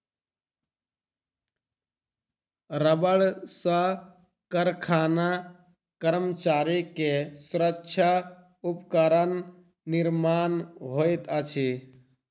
रबड़ सॅ कारखाना कर्मचारी के सुरक्षा उपकरण निर्माण होइत अछि